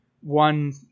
one